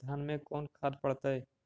धान मे कोन खाद पड़तै?